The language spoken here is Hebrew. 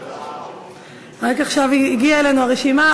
רק עכשיו הגיעה אלינו הרשימה,